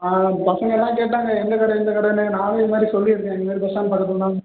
ஆ பசங்களெல்லாம் கேட்டாங்க எந்த கடை எந்த கடைன்னு நானும் இது மாதிரி சொல்லியிருக்கேன் இந்த மாதிரி பஸ் ஸ்டாண்ட் பக்கத்தில் தான்